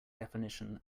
definition